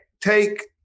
take